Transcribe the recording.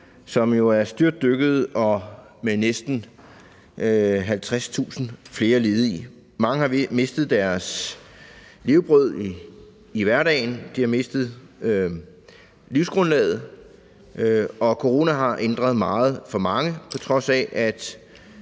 som jo er styrtdykket, og hvor der nu er næsten 50.000 flere ledige. Mange har mistet deres levebrød i hverdagen, de har mistet livsgrundlaget, og coronaen har ændret meget for mange. På trods af det